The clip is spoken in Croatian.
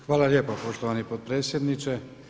Hvala lijepa poštovani potpredsjedniče.